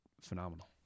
phenomenal